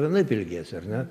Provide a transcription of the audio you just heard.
vienaip elgiesi ar ne